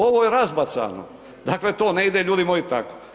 Ovo je razbacano, dakle to ne ide ljudi moji tako.